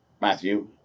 Matthew